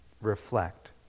reflect